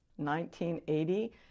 1980